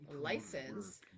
license